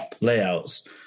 layouts